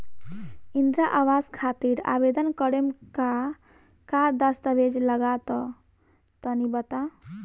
इंद्रा आवास खातिर आवेदन करेम का का दास्तावेज लगा तऽ तनि बता?